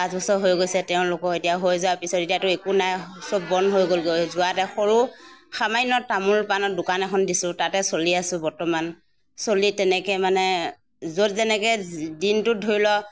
পাঁচবছৰ হৈ গৈছে তেওঁলোকো এতিয়া হৈ যোৱা পিছত এতিয়াতো একো নাই চব বন্ধ হৈ গ'লগৈ যোৱাডোখৰো সামান্য তামোল পাণৰ দোকান এখন দিছোঁ তাতে চলি আছোঁ বৰ্তমান চলি তেনেকৈ মানে য'ত যেনেকৈ দিনটোত ধৰি লওক